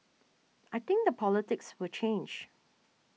I think the politics will change